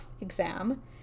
exam